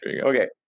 Okay